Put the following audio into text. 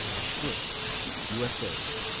swiss u s a.